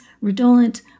redolent